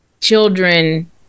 children